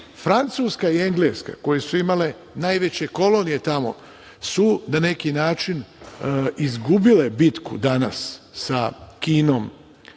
Francuska i Engleska koje su imale najveće kolonije tamo su na neki način izgubile bitku danas sa Kinom,